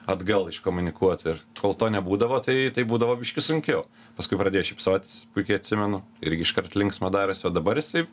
atgal iškomunikuotų ir kol to nebūdavo tai tai būdavo biškį sunkiau paskui pradėjo šypsotis puikiai atsimenu irgi iškart linksma darėsi o dabar jisai